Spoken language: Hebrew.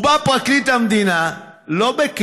ובא פרקליט המדינה, לא כאילו,